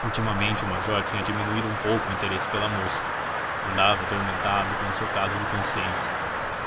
ultimamente o major tinha diminuído um pouco o interesse pela moça andava atormentado com o seu caso de consciência